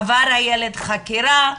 עבר הילד חקירה,